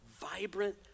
vibrant